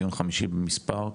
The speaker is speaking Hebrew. דיון חמישי במספר.